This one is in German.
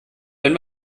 wenn